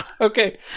Okay